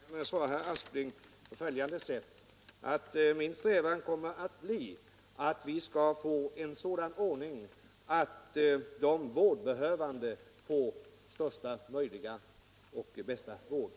Herr talman! Jag kan svara herr Aspling på följande sätt: Min strävan kommer att bli att vi skall få en sådan ordning att de vårdbehövande erhåller bästa möjliga vård.